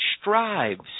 strives